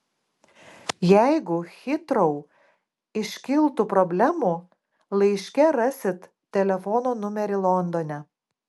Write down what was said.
jeigu hitrou iškiltų problemų laiške rasit telefono numerį londone